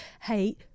hey